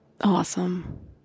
Awesome